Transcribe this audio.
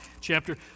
chapter